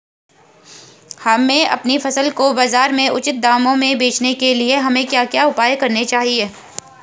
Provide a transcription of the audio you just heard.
हमें अपनी फसल को बाज़ार में उचित दामों में बेचने के लिए हमें क्या क्या उपाय करने चाहिए?